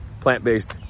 plant-based